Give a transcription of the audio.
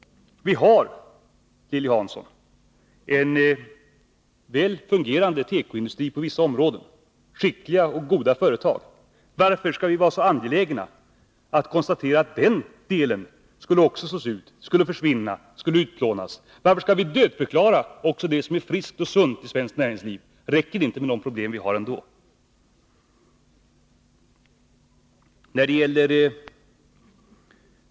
Vi har, Lilly Hansson, en väl fungerande tekoindustri på vissa områden, skickliga och goda företag. Varför skall vi vara så angelägna att konstatera att också den delen skulle slås ut, försvinna, utplånas? Varför skall vi dödförklara också det som är friskt och sunt i svenskt näringsliv? Räcker det inte med de problem vi har ändå?